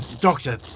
Doctor